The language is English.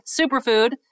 superfood